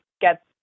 get